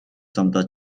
замдаа